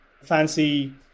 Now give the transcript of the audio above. fancy